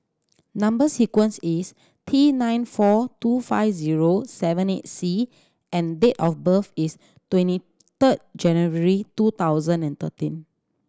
number sequence is T nine four two five zero seven eight C and date of birth is twenty third January two thousand and thirteen